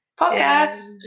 Podcast